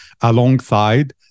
alongside